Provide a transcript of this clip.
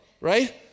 right